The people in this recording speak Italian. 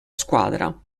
squadra